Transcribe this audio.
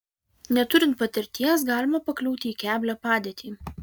neturint patirties galima pakliūti į keblią padėtį